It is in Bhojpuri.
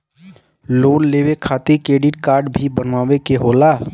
लोन लेवे खातिर क्रेडिट काडे भी बनवावे के होला?